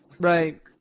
Right